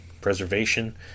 preservation